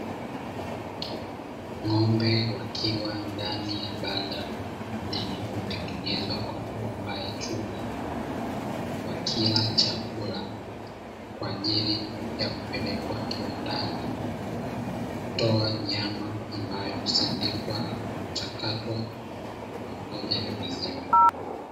Ng’ombe wakiwa ndani ya banda lililotengenezwa kwa mabomba ya chuma, wakila chakula kwa ajili ya kupelekwa kiwandani kutoa nyama ambayo husindikwa na kuchakatwa pamoja na maziwa.